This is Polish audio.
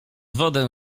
wodę